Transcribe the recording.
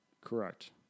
Correct